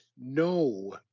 no